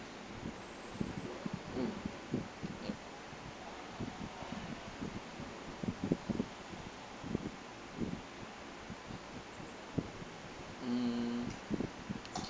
mm yup mm